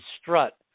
strut